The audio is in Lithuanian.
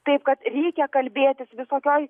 taip kad reikia kalbėtis visokioj